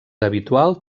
habitual